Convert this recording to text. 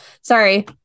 Sorry